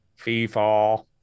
FIFA